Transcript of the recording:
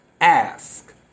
ask